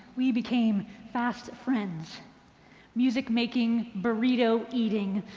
we became fast friends music making, burrito eating,